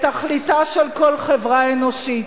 את תכליתה של כל חברה אנושית,